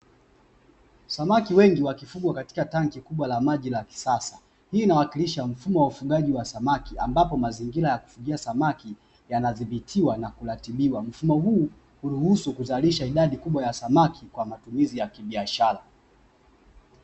Samaki wengi wakifungwa katika tanki kubwa la maji la kisasa hii inawakilisha mfumo wa ufugaji wa samaki ambapo mazingira ya kufikia samaki yanadhibitiwa na kulatibiwa, mfumo huu kuruhusu kuzalisha idadi kubwa ya samaki kwa matumizi ya kibiashara.